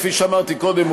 כפי שאמרתי קודם,